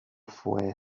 fue